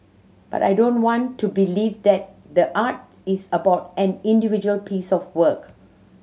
but I don't want to believe that the art is about an individual piece of work